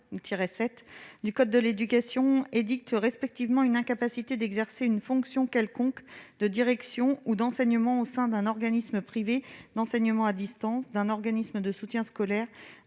du code de l'éducation déterminent les cas d'incapacité d'exercer une fonction quelconque de direction ou d'enseignement au sein, respectivement, d'un organisme privé d'enseignement à distance, d'un organisme de soutien scolaire